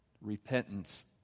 repentance